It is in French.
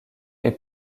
est